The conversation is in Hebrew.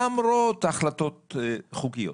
למרות החלטות חוקיות.